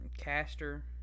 caster